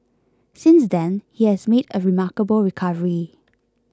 since then he has made a remarkable recovery